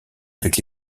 avec